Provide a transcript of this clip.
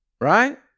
right